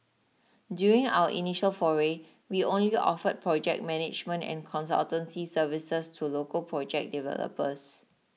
during our initial foray we only offered project management and consultancy services to local project developers